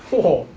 !whoa!